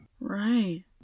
Right